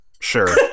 sure